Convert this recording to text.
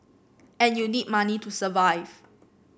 and you need money to survive